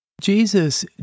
Jesus